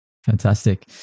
Fantastic